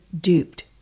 duped